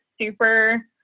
super